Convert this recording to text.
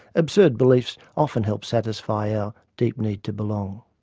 absurd beliefs often help satisfy our deep need to belong.